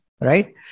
right